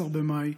15 במאי,